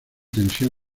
tensión